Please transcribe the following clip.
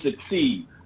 succeed